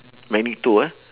magneto ah